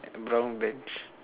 brown bench